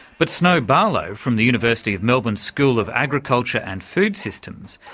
but snow barlow, from the university of melbourne's school of agriculture and food systems,